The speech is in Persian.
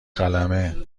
قلمه